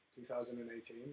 2018